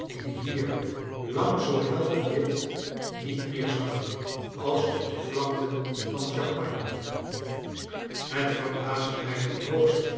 die hier lang zoo helder wit niet meer zag als op de vlakten van champagne het verbaasde mij ten hoogste